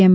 એમ